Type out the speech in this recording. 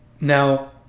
Now